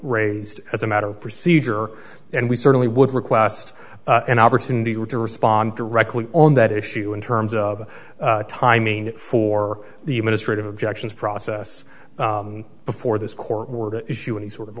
raised as a matter of procedure and we certainly would request an opportunity to respond directly on that issue in terms of timing for the ministry of objections process before this court were to issue any sort of